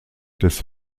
des